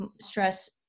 stress